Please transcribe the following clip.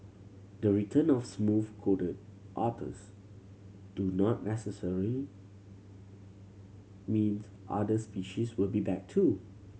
the return of smooth coated otters do not necessary means other species will be back too